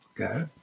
okay